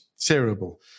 terrible